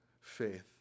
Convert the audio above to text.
faith